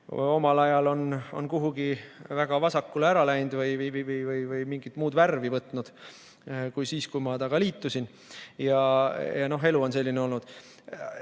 omal ajal, on kuhugi väga vasakule ära läinud või mingit muud värvi võtnud kui siis, kui ma sellega liitusin. Elu on selline olnud."